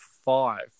five